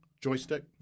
joystick